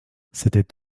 s’était